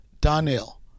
Donnell